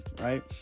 right